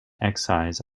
excise